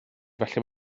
felly